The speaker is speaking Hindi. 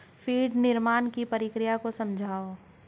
फीड निर्माण की प्रक्रिया समझाओ